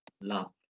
love